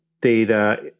data